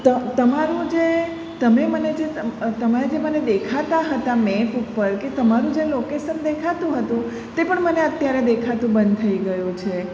તો ત તમારું જે તમે મને જે મ તમે મને જે દેખાતા હતા મેપ ઉપર કે તમારું જે લોકેશન દેખાતું હતું તે પણ મને અત્યારે દેખાતું બંધ થઈ ગયું છે